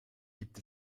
gibt